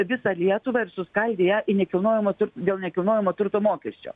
visą lietuvą ir suskaldė ją į nekilnojamo turto dėl nekilnojamo turto mokesčio